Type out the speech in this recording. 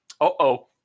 Uh-oh